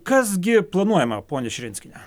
kas gi planuojama ponia širinskiene